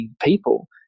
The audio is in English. people